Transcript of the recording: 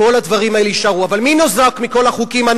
כל הדברים האלה יישארו, אבל מי ניזוק מכל החוקים?